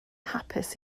hapus